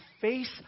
face